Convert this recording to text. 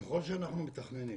ככל שאנחנו מתכננים